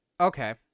Okay